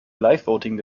livevoting